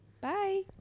Bye